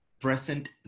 present